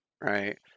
Right